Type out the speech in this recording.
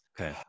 Okay